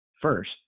first